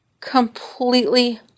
Completely